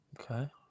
Okay